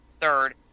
third